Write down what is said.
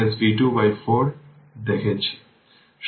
সুতরাং এটি 06 অ্যাম্পিয়ার